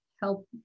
help